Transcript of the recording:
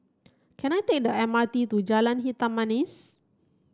can I take the M R T to Jalan Hitam Manis